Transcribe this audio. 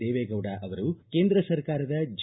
ದೇವೇಗೌಡ ಅವರು ಕೇಂದ್ರ ಸರ್ಕಾರದ ಜಿ